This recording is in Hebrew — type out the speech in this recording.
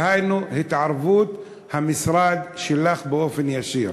דהיינו התערבות המשרד שלך באופן ישיר.